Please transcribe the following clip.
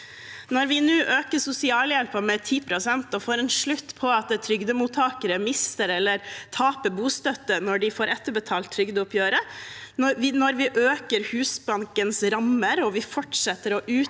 Når vi nå øker sosialhjelpen med 10 pst., får en slutt på at trygdemottakere mister eller taper bostøtte når de får etterbetalt trygdeoppgjøret, øker Husbankens rammer og fortsetter å utvide